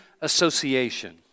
association